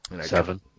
Seven